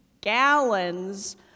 gallons